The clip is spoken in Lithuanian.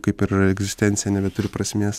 kaip ir egzistencija nebeturi prasmės